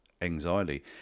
anxiety